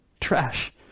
trash